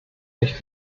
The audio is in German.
nicht